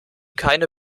keine